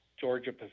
Georgia